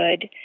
Good